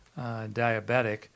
diabetic